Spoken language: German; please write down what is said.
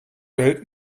welt